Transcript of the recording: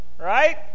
right